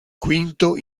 quinto